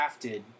crafted